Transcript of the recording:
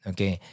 Okay